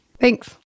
Thanks